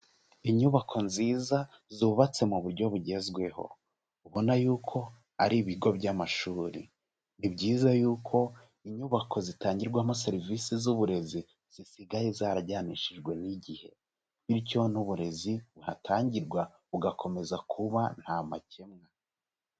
Inyubako nziza zubatse mu buryo bugezweho, ubona yuko ari ibigo by'amashuri, ni byiza yuko inyubako zitangirwamo serivisi z'uburezi zisigaye zarajyanishijwe n'igihe, bityo n'uburezi buhatangirwa bugakomeza kuba nta makemwa.